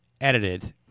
edited